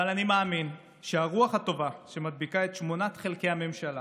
אבל אני מאמין שהרוח הטובה שמדביקה את שמונת חלקי הממשלה